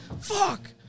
Fuck